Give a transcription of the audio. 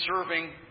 serving